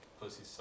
Pussy